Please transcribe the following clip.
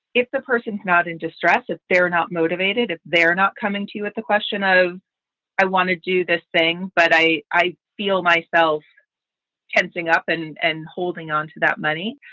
if the person's not in distress, if they're not motivated, if they're not coming to the question of i want to do this thing, but i i feel myself tensing up and and holding onto that money,